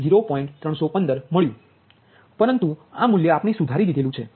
0315 મળ્યું પરંતુ આ મૂલ્ય આપણે સુધારી દીધું છે